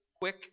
Quick